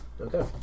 Okay